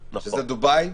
דובאי,